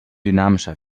dynamischer